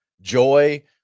joy